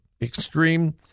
extreme